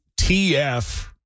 TF